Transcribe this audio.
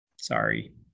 sorry